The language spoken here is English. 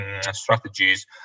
strategies